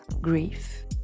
grief